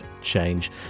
change